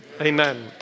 Amen